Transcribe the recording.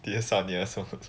dear sonya so